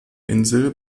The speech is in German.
insel